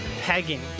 pegging